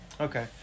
okay